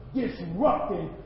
disrupting